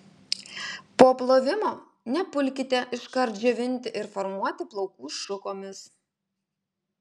po plovimo nepulkite iškart džiovinti ir formuoti plaukų šukomis